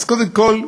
אז קודם כול,